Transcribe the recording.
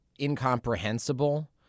incomprehensible